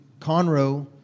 Conroe